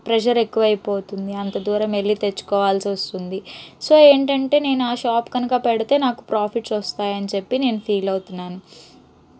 pressure ఎక్కువైపోతుంది అంత దూరం వెళ్లి తెచ్చుకోవాల్సి వస్తుంది సో ఏంటంటే నేను ఆ షాప్ కనుక పెడితే నాకు ప్రాఫిట్స్ వస్తాయని చెప్పి నేను ఫీల్ అవుతున్నాను